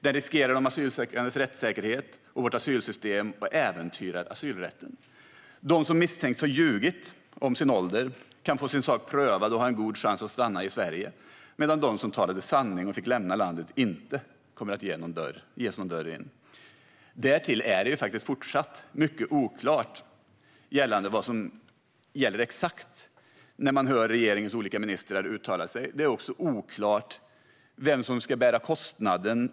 Den riskerar de asylsökandes rättssäkerhet och vårt asylsystem, och det äventyrar asylrätten. De som misstänks ha ljugit om sin ålder kan få sin sak prövad och har en god chans att få stanna i Sverige, medan de som talade sanning och fick lämna landet inte kommer att ges någon möjlighet att komma in. Därtill är det fortsatt mycket oklart vad som gäller exakt. Det framgår när man hör regeringens olika ministrar uttala sig. Det är också oklart vem som ska bära kostnaden.